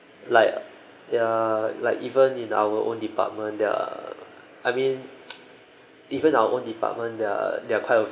like ya like even in our own department there're I mean even our own department they're they're quite a